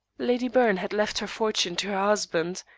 lady byrne had left her fortune to her husband,